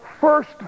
First